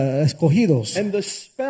escogidos